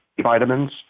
vitamins